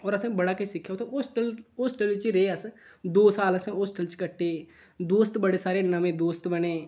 होर असें बड़ा किश सिक्खेआ उत्थै होस्टल होस्टल बिच्च रेह् अस दो साल असें होस्टल च कट्टे दोस्त बड़े सारे नमें दोस्त बने